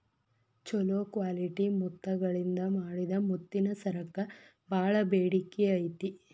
ಚೊಲೋ ಕ್ವಾಲಿಟಿ ಮುತ್ತಗಳಿಂದ ಮಾಡಿದ ಮುತ್ತಿನ ಸರಕ್ಕ ಬಾಳ ಬೇಡಿಕೆ ಐತಿ